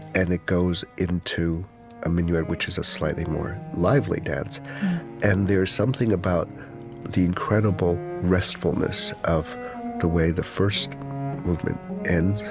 and it goes into a minuet, which is a slightly more lively dance and there is something about the incredible restfulness of the way the first movement ends.